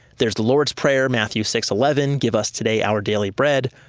there's the lord's prayer, matthew six eleven, give us today our daily bread,